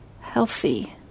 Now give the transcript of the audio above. healthy